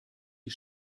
die